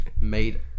made